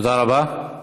תודה רבה.